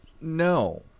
No